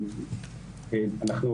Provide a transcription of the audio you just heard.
אני מקווה שנוכל להכריז על זה בצורה רשמית,